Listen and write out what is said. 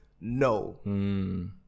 no